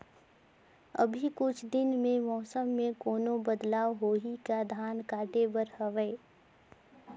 अभी कुछ दिन मे मौसम मे कोनो बदलाव होही का? धान काटे बर हवय?